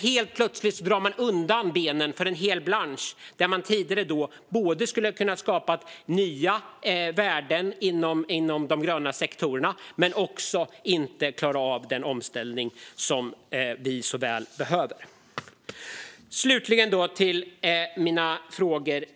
Helt plötsligt drar man undan benen för en hel bransch där man tidigare skulle ha kunnat skapa nya värden inom de gröna sektorerna, som nu inte kommer att klara av den omställning som vi så väl behöver. Jag återkommer till mina frågor.